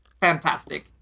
fantastic